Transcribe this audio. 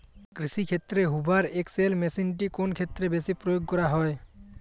কৃষিক্ষেত্রে Hoover XL মেশিনটি কোন ক্ষেত্রে বেশি প্রয়োগ করা হয়?